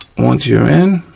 once you're in,